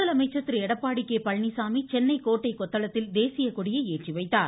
முதலமைச்சர் திரு எடப்பாடி கே பழனிச்சாமி சென்னை கோட்டை கொத்தளத்தில் தேசிய கொடியை ஏற்றிவைத்தார்